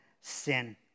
sin